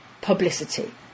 publicity